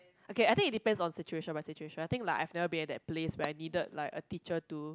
okay I think it depends on situation by situation I think like I've never been at that place where I needed like a teacher to